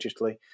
digitally